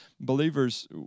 Believers